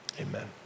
amen